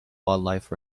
wildlife